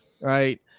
right